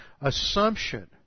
assumption